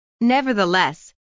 Nevertheless